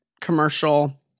commercial